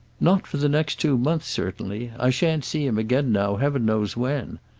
not for the next two months certainly. i shan't see him again now heaven knows when.